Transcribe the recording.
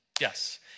Yes